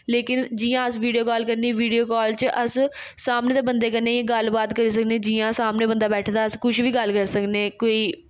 लेकिन जियां अस वीडियो कॉल करने वीडियो काल च अस सामने ते बंदे कन्नै गल्ल बात करी सकने जियां सामने बंदा बैठे दा अस कुछ बी गल्ल करी सकनें कोई